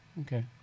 okay